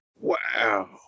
Wow